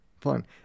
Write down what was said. Fine